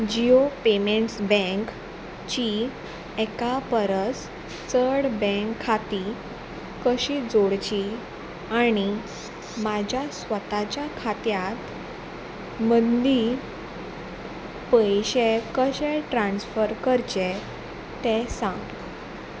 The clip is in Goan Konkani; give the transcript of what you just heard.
जियो पेमेंट्स बँक ची एका परस चड बँक खातीं कशीं जोडचीं आनी म्हाज्या स्वताच्या खात्यांत मंदीं पयशे कशे ट्रान्स्फर करचे ते सांग